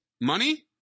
Money